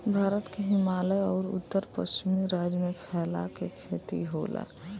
भारत के हिमालय अउर उत्तर पश्चिम राज्य में फैला के खेती होला